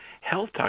health